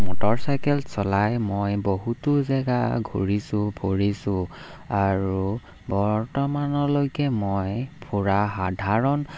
motorcycle চলাই মই বহুতো জেগা ঘূৰিছোঁ ফুৰিছোঁ আৰু বৰ্তমানলৈকে মই ফুৰা সাধাৰণ